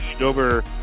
over